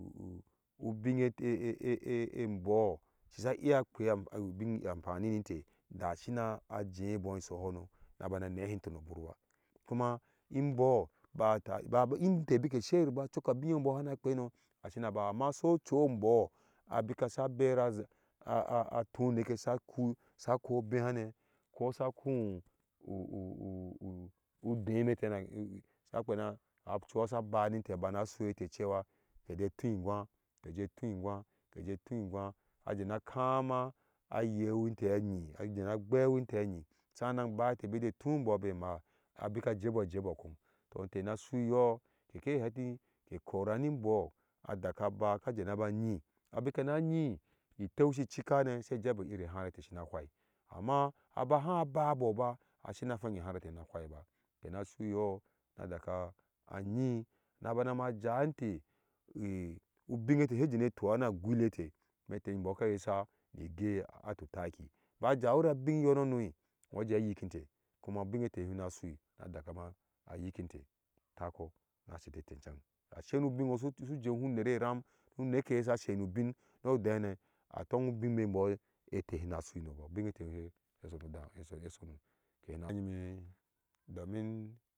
Ubin te mbɔɔ shisha iya kpe bin an pani ni nte. nda shina ajɛbɔo isoho no ha bana nehinte no bur ba kuma imbɔɔ ba ta inte bike seyir ba coka abin nyome hina kpeino abika sa bera za atu nekeye sa kɔɔ obe hane ko sa kɔɔ ude metene sa knena ɔchuha. sa ba ninte bana sui inte cewa keje tu ingwa keje tu ingwa keje tu ingwa ajena kama anyewinte anyi ajena gbewin te anyi sanan baye ɛtɛɛ bije etu imbɔɔ je maa bika jebɔɔ ejebɔɔ kom to nte nisu iyɔɔ kɛkɛ heti kɛ koa ni mbɔɔ adaka ba ka jena na ne se jebi ive hara te shina phai amma abiha babɔɔ ba asina phenge ivi ihara tɛɛ sina phai ba. inte n sui iyɔɔ adaka anyi na bana ma jawinte i ubinge tɛɛ he jene tuwa na agui le tɛɛ me tɛɛ mbɔɔ aka ayesa ni igeati utaki ba jiwayir abin yɔɔ nono uje ayikintɛɛ kuma ubinge tɛɛ nyom kena sui ma daka ma yikinfe takɔɔ na sete ete ncheng a sai nu ubinge nwo'o’ su jehu nere ram ni ɔdehena nu nekeye ha sei nu ubin nuɔdehene atongi ubin me mbɔɔ mete ne na sui i cen haneba